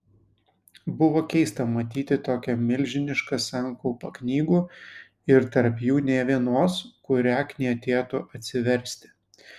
buvo keista matyti tokią milžinišką sankaupą knygų ir tarp jų nė vienos kurią knietėtų atsiversti